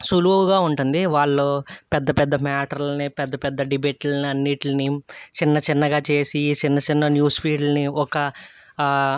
సులుభంగా ఉంటుంది వాళ్ళు పెద్ద పెద్ద మ్యాటర్లని పెద్ద పెద్ద డిబెట్లని చిన్న చిన్నగా చేసి చిన్న చిన్న న్యూస్ ఫీడ్లని ఒక